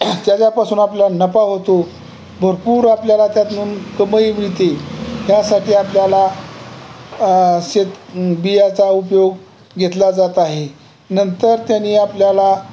त्याच्यापासून आपल्याला नफा होतो भरपूर आपल्याला त्यातून कमाई मिळते ह्यासाठी आपल्याला शेत बियाचा उपयोग घेतला जात आहे नंतर त्यानी आपल्याला